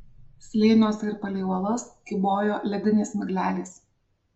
slėniuose ir palei uolas kybojo ledinės miglelės